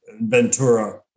Ventura